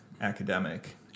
academic